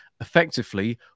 effectively